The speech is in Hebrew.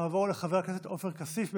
נעבור לחבר הכנסת עופר כסיף.